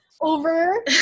over